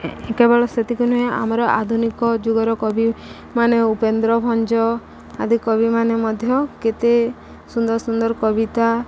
ଏ କେବଳ ସେତିକି ନୁହେଁ ଆମର ଆଧୁନିକ ଯୁଗର କବି ମାନେ ଉପେନ୍ଦ୍ର ଭଞ୍ଜ ଆଦି କବିମାନେ ମଧ୍ୟ କେତେ ସୁନ୍ଦର ସୁନ୍ଦର କବିତା